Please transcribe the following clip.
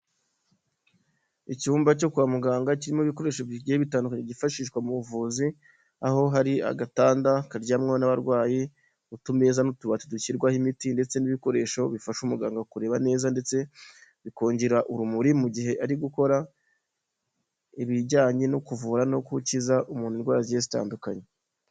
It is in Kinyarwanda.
Icyumba cyo kwa muganga kirimo ibikoresho bigiye bitandukanye byifashishwa mu buvuzi, aho hari agatanda karyamwaho n'abarwayi, utumeza n'utubati dushyirwaho imiti, ndetse n'ibikoresho bifasha umuganga kureba neza ndetse, bikongera urumuri mu gihe ari gukora, ibijyanye no kuvura no gukiza umuntu indwara zigiye zitandukanye.